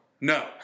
No